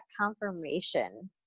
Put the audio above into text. confirmation